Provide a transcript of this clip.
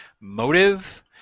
motive